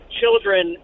children